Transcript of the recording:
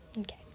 Okay